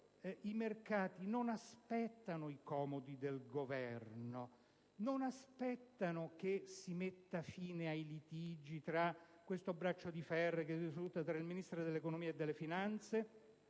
i mercati non aspettano i comodi del Governo, non aspettano che si metta fine ai litigi e al braccio di ferro tra il Ministro dell'economia e delle finanze